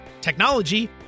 technology